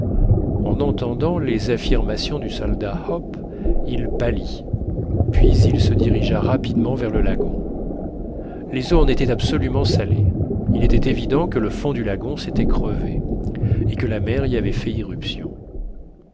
en entendant les affirmations du soldat hope il pâlit puis il se dirigea rapidement vers le lagon les eaux en étaient absolument salées il était évident que le fond du lagon s'était crevé et que la mer y avait fait irruption